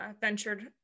ventured